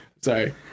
Sorry